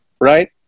right